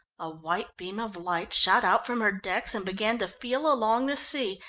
a white beam of light shot out from her decks, and began to feel along the sea.